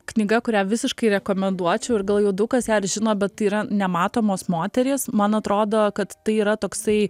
knyga kurią visiškai rekomenduočiau ir gal jau daug kas ją ir žino bet tai yra nematomos moterys man atrodo kad tai yra toksai